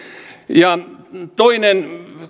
toinen